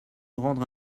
rendre